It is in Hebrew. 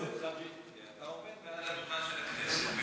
אתה עומד מעל הדוכן של הכנסת,